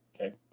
okay